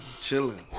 Chilling